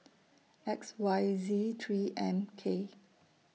X Y Z three M K